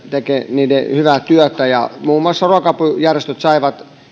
niiden hyvän työn tekemisessä ja muun muassa ruoka apujärjestöt saivat